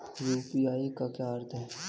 UPI का क्या अर्थ है?